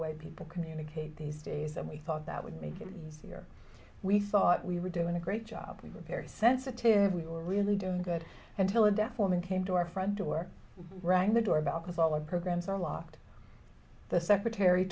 way people communicate these days and we thought that would make it easier we thought we were doing a great job we were very sensitive we were really doing good until a deaf woman came to our front door rang the doorbell because all the programs are locked the secretary